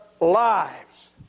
lives